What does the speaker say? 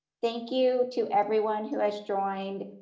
thank you to everyone who has joined.